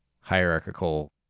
hierarchical